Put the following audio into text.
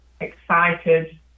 excited